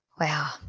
Wow